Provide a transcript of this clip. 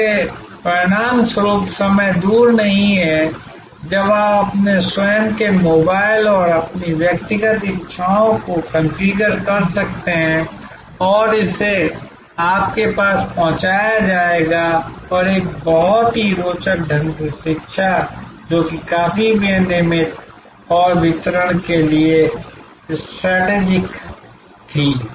जिसके परिणामस्वरूप समय दूर नहीं है जब आप अपने स्वयं के मोबाइल और अपनी व्यक्तिगत इच्छाओं को कॉन्फ़िगर कर सकते हैं और इसे आपके पास पहुंचाया जाएगा और बहुत ही रोचक ढंग से शिक्षा जो कि काफी विनियमित और वितरण के लिए स्ट्रेटजैकेट थी